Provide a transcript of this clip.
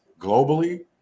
globally